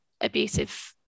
abusive